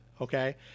okay